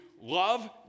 love